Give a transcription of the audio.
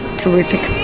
terrific.